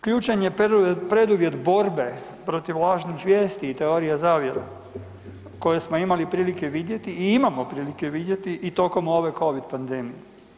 Ključan je preduvjet borbe protiv lažnih vijesti i teorija zavjera koje smo imali prilike vidjeti i imamo prilike vidjeti i tokom ove Covid pandemije.